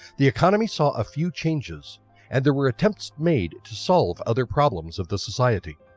the economy saw a few changes and there were attempts made to solve other problems of the society.